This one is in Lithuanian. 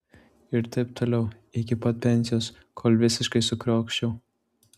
ir taip toliau iki pat pensijos kol visiškai sukrioščiau